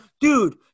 Dude